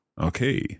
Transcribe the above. Okay